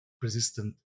persistent